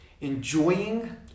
enjoying